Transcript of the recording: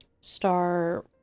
Star